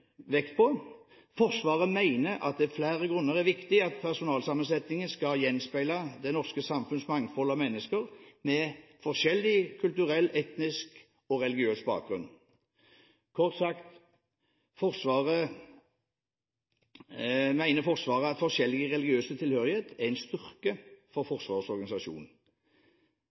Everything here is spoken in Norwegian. Forsvaret mener at det av flere grunner er viktig at personellsammensetningen skal gjenspeile det norske samfunnets mangfold av mennesker med forskjellig kulturell, etnisk og religiøs bakgrunn. Kort sagt mener Forsvaret at forskjeller i religiøs tilhørighet er en styrke for Forsvarets organisasjon.